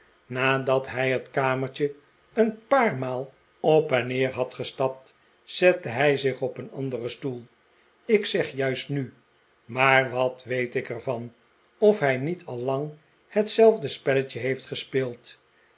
nadat hij het kamertje een paar maal op en neer had gestapt zette hij zich op een anderen stoel ik zeg juist nu maar wat weet ik er van of hij niet al lang hetzelfde spelletje heeft gespeeld